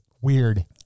Weird